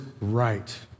right